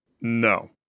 No